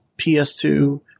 PS2